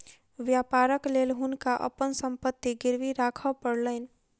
व्यापारक लेल हुनका अपन संपत्ति गिरवी राखअ पड़लैन